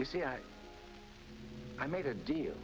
you see i made a deal